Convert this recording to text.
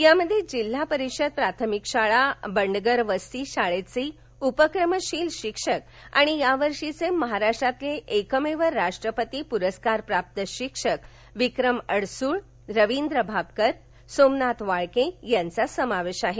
यामध्ये जिल्हा परिषद प्राथमिक शाळा बंडगरवस्ती शाळेचे उपक्रमशील शिक्षक आणि यावर्षीचे महाराष्ट्रातील एकमेव राष्ट्रपती पुरस्कार प्राप्त शिक्षक विक्रम अडसूळ रवींद्र भापकर सोमनाथ वाळके यांचा समावेश आहे